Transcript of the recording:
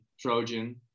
trojan